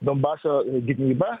donbaso gynybą